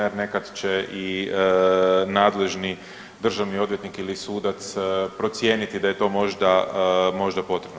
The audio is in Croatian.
Jer nekada će i nadležni državni odvjetnik ili sudac procijeniti da je to možda potrebno.